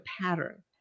pattern